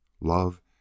love